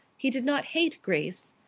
he did not hate grace.